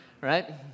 right